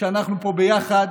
שאנחנו פה ביחד,